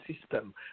system